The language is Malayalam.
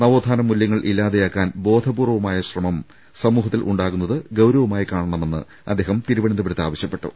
നവോ ത്ഥാനമൂലൃങ്ങൾ ഇല്ലാതെയാക്കാൻ ബോധപൂർവ്വമായ ശ്രമം സമൂഹത്തിൽ ഉണ്ടാകുന്നത് ഗൌരവമായി കാണണമെന്ന് അദ്ദേഹം തിരുവനന്തപുരത്ത് ആവശ്യപ്പെട്ടു